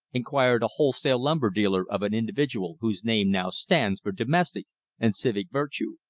inquired a wholesale lumber dealer of an individual whose name now stands for domestic and civic virtue.